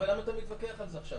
למה אתה מתווכח על זה עכשיו?